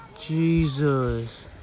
Jesus